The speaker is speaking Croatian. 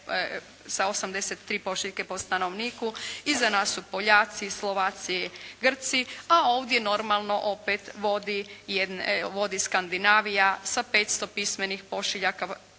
sa 83 pošiljke po stanovniku. Iz nas su Poljaci, Slovaci, Grci, a ovdje normalno opet vodi Skandinavija sa 500 pismenih pošiljaka,